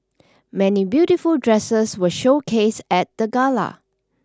many beautiful dresses were showcased at the gala